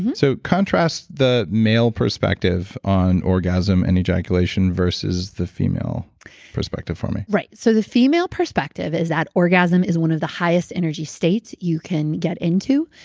so, contrast the male perspective on orgasm and ejaculation versus the female perspective for me. right. so the female perspective is that orgasm is one of the highest energy states you can get into.